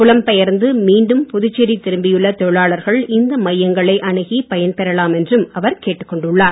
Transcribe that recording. புலம்பெயர்ந்து மீண்டும் புதுச்சேரி திரும்பியுள்ள தொழிலாளர்கள் இந்த மையங்களை அணுகி பயன்பெறலாம் என்றும் அவர் கேட்டுக்கொண்டுள்ளார்